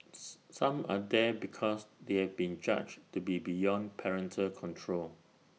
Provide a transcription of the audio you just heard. some are there because they have been judged to be beyond parental control